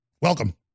Welcome